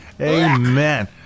Amen